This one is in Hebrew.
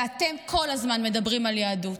ואתם כל הזמן מדברים על יהדות.